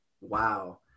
WoW